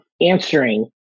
answering